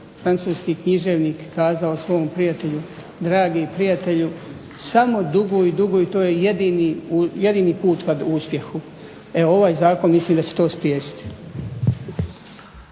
francuski književnik kazao svom prijatelju, dragi prijatelju samo duguj, duguj, to je jedini put ka uspjehu. E ovaj zakon mislim da će to spriječiti.